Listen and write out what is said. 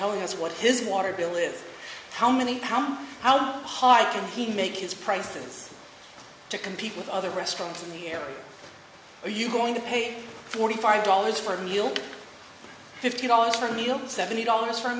telling us what his water bill is how many how much how hard he makes his prices to compete with other restaurants in the area are you going to pay forty five dollars for a meal fifty dollars for meals seventy dollars for